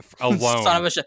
alone